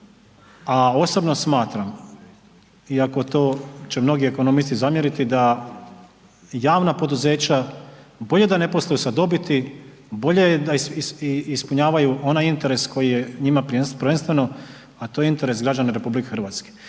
a osobno smatram iako će to mnogi ekonomisti zamjeriti da javna poduzeća bolje da ne posluju sa dobiti, bolje da ispunjavaju onaj interes koji je njima prvenstveno, a to je interes građana RH.